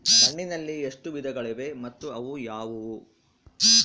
ಮಣ್ಣಿನಲ್ಲಿ ಎಷ್ಟು ವಿಧಗಳಿವೆ ಮತ್ತು ಅವು ಯಾವುವು?